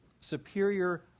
Superior